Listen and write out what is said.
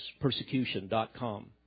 persecution.com